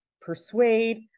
persuade